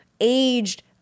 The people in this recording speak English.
aged